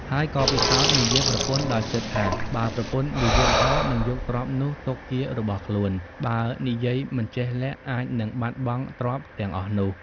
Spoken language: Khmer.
ហើយក៏ពិសោធន៏មាយាទប្រពន្ធ ដោយគិតថា “បើប្រពន្ធមាយាទល្អនឹងយកទ្រព្យនោះទុកជារបស់ខ្លួន បើនិយាយមិនចេះលាក់អាចនិងបាត់បង់ទ្រព្យទាំងអស់នោះ។